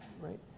right